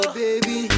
baby